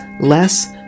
less